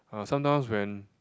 uh sometimes when